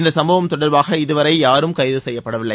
இந்த சம்பவம் தொடர்பாக இதுவரை யாரும் கைது செய்யப்படவில்லை